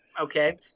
okay